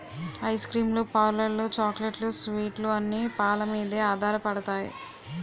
ice cream లు పార్లర్లు చాక్లెట్లు స్వీట్లు అన్ని పాలమీదే ఆధారపడతాయి